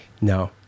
No